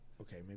Okay